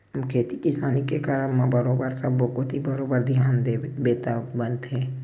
खेती किसानी के करब म बरोबर सब्बो कोती बरोबर धियान देबे तब बनथे